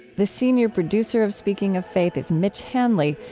the senior producer of speaking of faith is mitch hanley,